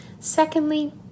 Secondly